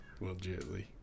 Legitly